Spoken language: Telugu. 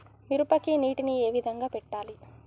మిరపకి నీటిని ఏ విధంగా పెట్టాలి?